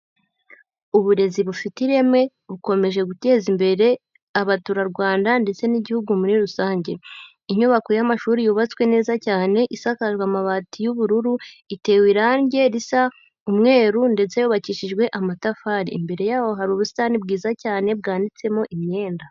Uburezi bufite ireme bukomeje guteza imbere abaturarwanda ndetse n'igihugu muri rusange, inyubako y'amashuri yubatswe neza cyane, isakajwe amabati y'ubururu, itewe irange risa umweru ndetse yubakishijwe amatafari, imbere y'aho hari ubusitani bwiza cyane bwanitsemo imyenda.